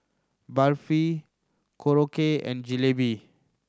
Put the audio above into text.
Barfi Korokke and Jalebi